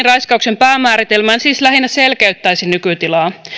raiskauksen päämääritelmään siis lähinnä selkeyttäisi nykytilaa